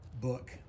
book